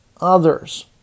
others